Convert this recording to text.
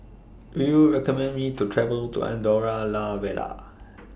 Do YOU recommend Me to travel to Andorra La Vella